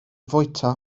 fwyta